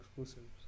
exclusives